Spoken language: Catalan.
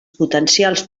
potencials